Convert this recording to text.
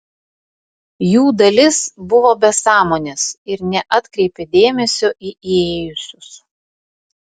jų dalis buvo be sąmonės ir neatkreipė dėmesio į įėjusius